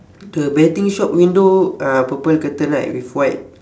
the betting shop window uh purple curtain right with white